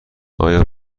آیا